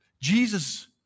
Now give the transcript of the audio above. Jesus